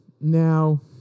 Now